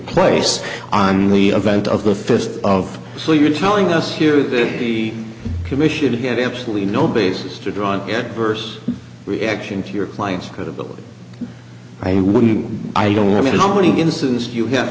place on the event of the first of so you're telling us here that the commission had absolutely no basis to draw an adverse reaction to your client's credibility i e when i don't know i mean how many incidents you have